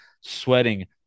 sweating